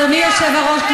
אדוני היושב-ראש,